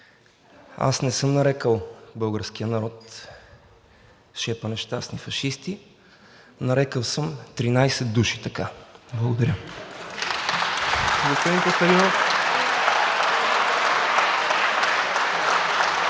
аз не съм нарекъл българския народ шепа нещастни фашисти. Нарекъл съм 13 души така. Благодаря.